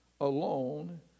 alone